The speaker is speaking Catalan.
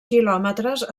quilòmetres